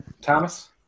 Thomas